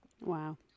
Wow